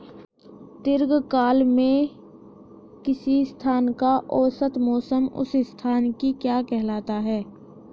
दीर्घकाल में किसी स्थान का औसत मौसम उस स्थान की क्या कहलाता है?